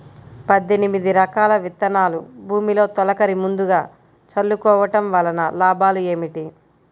పద్దెనిమిది రకాల విత్తనాలు భూమిలో తొలకరి ముందుగా చల్లుకోవటం వలన లాభాలు ఏమిటి?